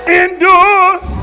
endures